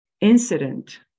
incident